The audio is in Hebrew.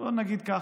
בוא נגיד כך,